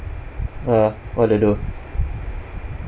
ah what they do